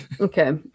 Okay